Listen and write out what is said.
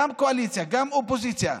גם קואליציה וגם אופוזיציה,